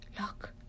Look